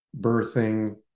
birthing